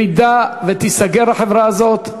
אם תיסגר החברה הזאת,